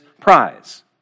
prize